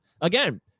again